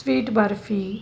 sweet barfi